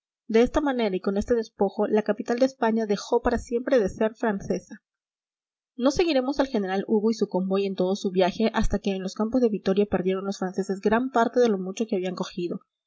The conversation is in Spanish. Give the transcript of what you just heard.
de esta manera y con este despojo la capital de españa dejó para siempre de ser francesa no seguiremos al general hugo y su convoy en todo su viaje hasta que en los campos de vitoria perdieron los franceses gran parte de lo mucho que habían cogido